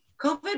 COVID